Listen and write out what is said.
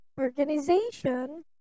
organization